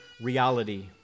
reality